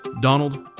Donald